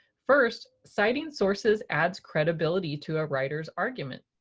first, citing sources adds credibility to a writer's argument.